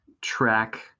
track